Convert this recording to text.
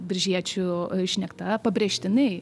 biržiečių šnekta pabrėžtinai